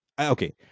Okay